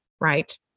right